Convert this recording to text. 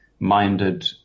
minded